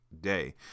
day